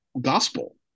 gospel